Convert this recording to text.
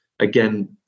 again